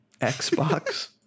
Xbox